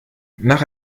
nach